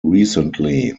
recently